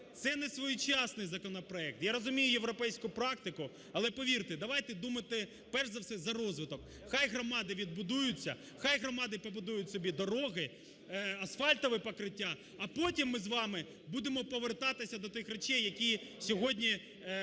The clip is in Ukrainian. це несвоєчасний законопроект, я розумію європейську практику, але повірте, давайте думати перш за все за розвиток. Хай громади відбудуються, хай громади побудують собі дороги, асфальтове покриття, а потім ми з вами будемо повертатися до тих речей, які сьогодні в